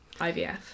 IVF